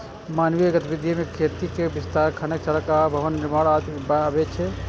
मानवीय गतिविधि मे खेतीक विस्तार, खनन, सड़क आ भवन निर्माण आदि अबै छै